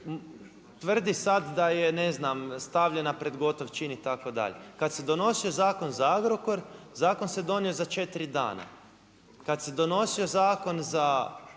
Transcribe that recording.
tvrdi sada da je stavljena pred gotov čin itd. Kad se donosio zakon za Agrokor zakon se donio za četiri dana, kada se donosio zakon za